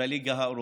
בליגה האירופית.